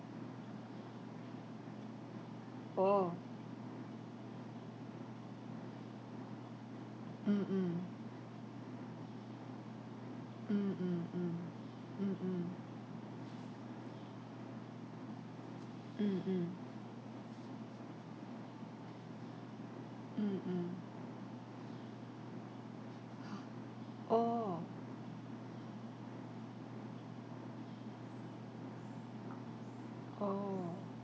oh mm mm mm mm mm mm mm mm mm mm mm !huh! oh oh